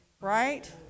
right